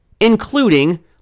Including